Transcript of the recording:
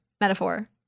metaphor